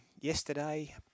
yesterday